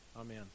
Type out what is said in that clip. amen